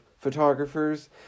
photographers